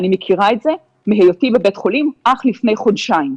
אני מכירה את זה מהיותי בבית חולים אך לפני חודשיים.